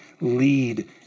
lead